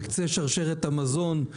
בקצה שרשרת המזון,